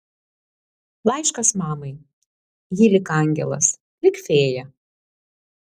laiškas mamai ji lyg angelas lyg fėja